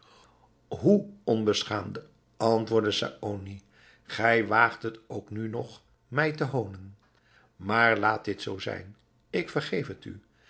hoe onbeschaamde antwoordde saony gij waagt het ook nu nog mij te honen maar laat dit zoo zijn ik vergeef het u